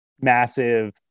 massive